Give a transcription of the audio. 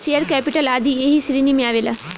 share capital आदी ऐही श्रेणी में आवेला